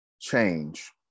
change